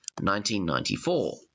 1994